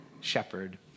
shepherd